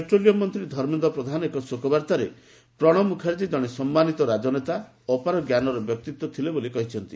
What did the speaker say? petroleum ମନ୍ତ୍ରୀ ଧର୍ମେନ୍ଦ୍ର ପ୍ରଧାନ ଏକ ଶୋକବାର୍ଭାରେ ପ୍ରଣବ ମୁଖାର୍ଜୀ ଜଣେ ସମ୍ମାନିତ ରାଜନେତା ଅପାରଞ୍ଜାନର ବ୍ୟକ୍ତି ଥିଲେ ବୋଲି କହିଛନ୍ତି